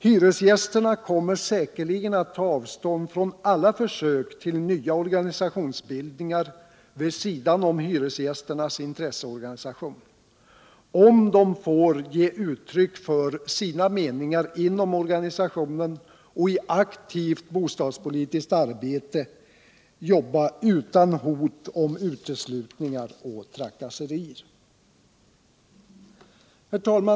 Hyresgästerna kommer säkerligen att ta avstånd från alla försök till nya organisationsbildningar vid sidan om hyresgästernas intresseorganisation om de får ge uttryck för sina meningar inom organisationen och utåt i aktivt bostadspolitiskt arbete utan hot om uteslutningar och trakasserier.